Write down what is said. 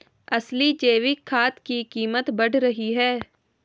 असली जैविक खाद की कीमत बढ़ रही है